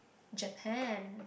Japan